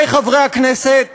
חברת הכנסת